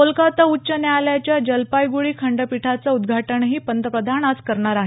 कोलकाता उच्च न्यायालयाच्या जलपायग्रंडी खंडपीठाचं उद्घाटनही पंतप्रधान आज करणार आहेत